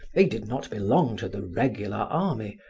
they did not belong to the regular army,